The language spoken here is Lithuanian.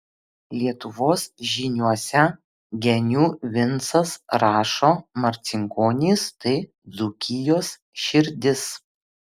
lietuvos žyniuose genių vincas rašo marcinkonys tai dzūkijos širdis